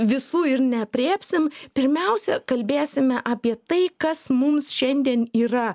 visų ir neaprėpsim pirmiausia kalbėsime apie tai kas mums šiandien yra